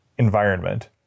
environment